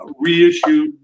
reissue